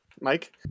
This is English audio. Mike